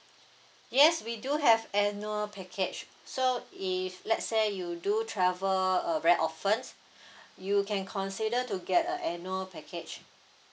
yes we do have annual package so if let say you do travel uh very often you can consider to get a annual package